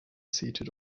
seated